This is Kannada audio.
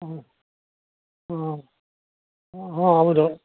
ಹ್ಞೂ ಹಾಂ ಹಾಂ ಹೌದು